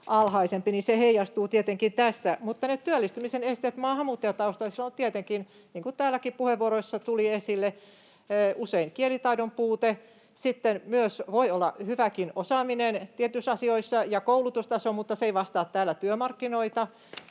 alhaisempi, ja se heijastuu tietenkin tässä. Työllistymisen esteenä maahanmuuttajataustaisilla on tietenkin — niin kuin täälläkin puheenvuoroissa tuli esille — usein kielitaidon puute. Myös voi olla hyväkin osaaminen tietyissä asioissa ja koulutustaso, mutta se ei vastaa täällä työmarkkinoita.